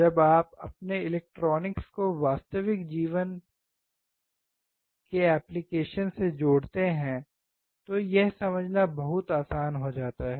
जब आप अपने इलेक्ट्रॉनिक्स को वास्तविक जीवन एप्लीकेशन से जोड़ते हैं तो यह समझना बहुत आसान हो जाता है